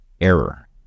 error